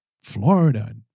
Florida